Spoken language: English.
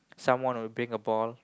someone will bring a ball